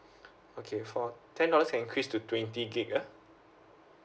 okay for ten dollars can increase to twenty gig ah